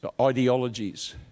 ideologies